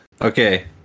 Okay